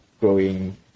growing